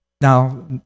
Now